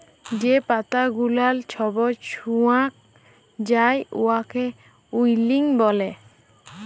যে পাতা গুলাল ছব ছুকাঁয় যায় উয়াকে উইল্টিং ব্যলে